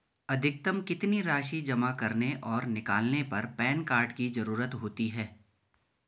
अधिकतम कितनी राशि जमा करने और निकालने पर पैन कार्ड की ज़रूरत होती है?